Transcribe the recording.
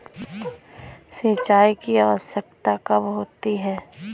सिंचाई की आवश्यकता कब होती है?